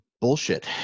bullshit